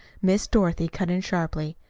miss dorothy cut in sharply.